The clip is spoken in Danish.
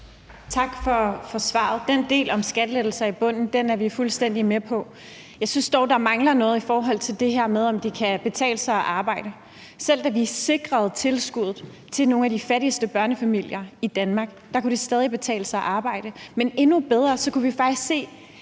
Tak for svaret. Den del om skattelettelser i bunden er vi fuldstændig med på. Jeg synes dog, at der mangler noget i forhold til det her med, om det kan betale sig at arbejde. Selv da vi sikrede tilskuddet til nogle af de fattigste børnefamilier i Danmark, kunne det stadig betale sig at arbejde, men endnu bedre var det, at vi faktisk